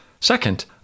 Second